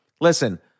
listen